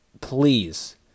please